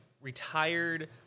retired